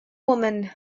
woman